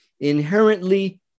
inherently